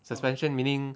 suspension meaning